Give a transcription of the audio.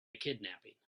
kidnapping